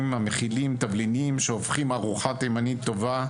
המכילים תבלינים טעימים שהופכים ארוחה תימנית טובה,